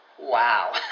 Wow